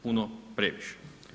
Puno previše.